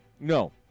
No